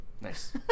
Nice